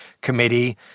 Committee